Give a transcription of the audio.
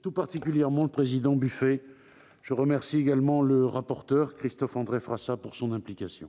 tout particulièrement son président François-Noël Buffet, de son initiative. Je remercie également le rapporteur, Christophe-André Frassa, de son implication.